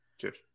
Cheers